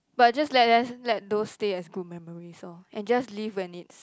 but just let them let those stay as good memories lor and just leave when it's